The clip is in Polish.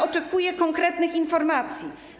Oczekuję konkretnych informacji.